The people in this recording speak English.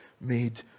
made